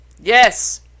Yes